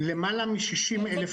גם אם זה לא מוצא חן בעיניכם